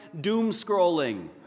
doom-scrolling